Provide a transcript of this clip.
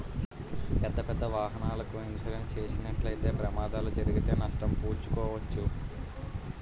పెద్దపెద్ద వాహనాలకు ఇన్సూరెన్స్ చేసినట్లయితే ప్రమాదాలు జరిగితే నష్టం పూడ్చుకోవచ్చు